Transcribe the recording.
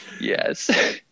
Yes